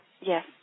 Yes